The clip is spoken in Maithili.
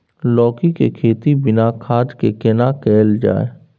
लौकी के खेती बिना खाद के केना कैल जाय?